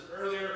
earlier